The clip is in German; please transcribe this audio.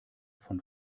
von